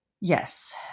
Yes